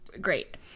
great